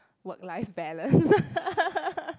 work life balance